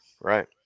Right